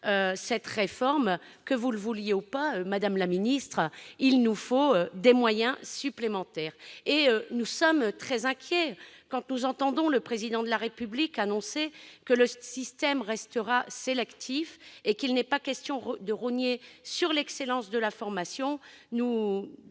faudra déployer, que vous le vouliez ou non, madame la ministre, des moyens supplémentaires ! Or nous sommes très inquiets quand nous entendons le Président de la République annoncer que le système restera sélectif et dire qu'il n'est pas question de rogner sur l'excellence de la formation. En